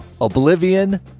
Oblivion